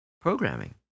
programming